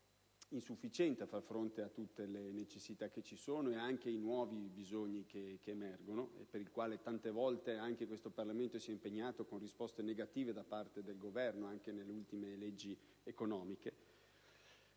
insufficiente a far fronte a tutte le necessità che ci sono e anche ai nuovi bisogni che emergono (e per i quali tante volte anche questo Parlamento si è impegnato con risposte negative da parte del Governo, anche nelle ultime leggi in